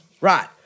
Right